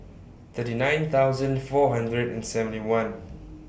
thirty nine thousand four hundred and seventy one